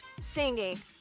singing